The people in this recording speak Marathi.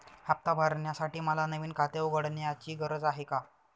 हफ्ता भरण्यासाठी मला नवीन खाते उघडण्याची गरज आहे का?